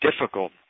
difficult